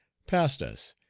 passed us,